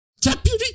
Deputy